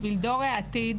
בשביל דור העתיד.